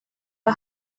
are